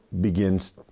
begins